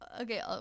Okay